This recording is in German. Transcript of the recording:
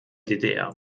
ddr